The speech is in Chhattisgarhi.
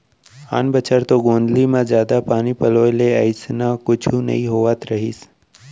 आन बछर तो गोंदली म जादा पानी पलोय ले अइसना कुछु नइ होवत रहिस